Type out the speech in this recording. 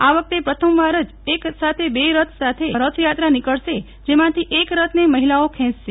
આ વખતે પ્રથમ જ વાર એક સાથે બે રથ સાથે રથયાત્રા નીકળશે જેમાંથી એક રથને મહિલાઓ પ્રેંચશે